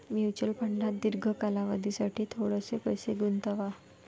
mutual फंडात दीर्घ कालावधीसाठी थोडेसे पैसे गुंतवा